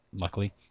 luckily